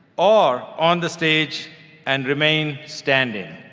or on the stage and remain standing.